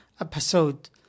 episode